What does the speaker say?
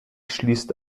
schließt